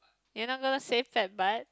you're not gonna say fat but